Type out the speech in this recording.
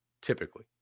typically